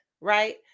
right